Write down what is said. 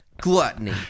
Gluttony